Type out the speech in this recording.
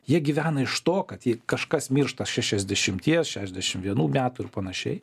jie gyvena iš to kad jei kažkas miršta šešiasdešimties šešiasdešim vienų metų ir panašiai